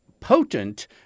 potent